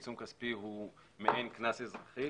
עיצום כספי הוא מעין קנס אזרחי